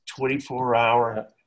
24-hour